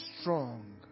strong